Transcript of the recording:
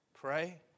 pray